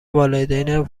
والدین